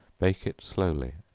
bake it slowly,